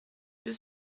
deux